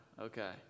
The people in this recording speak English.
okay